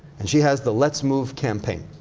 and she has the let's move campaign,